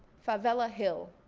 favela hill.